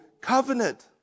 covenant